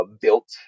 built